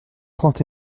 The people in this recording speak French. trente